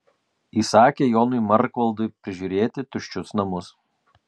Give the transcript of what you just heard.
įsakė jonui markvaldui prižiūrėti tuščius namus